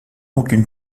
aucune